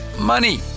money